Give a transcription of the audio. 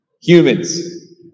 humans